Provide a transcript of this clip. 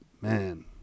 man